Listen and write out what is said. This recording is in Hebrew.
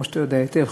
כמו שאתה יודע היטב,